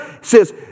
says